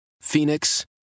Phoenix